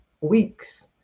weeks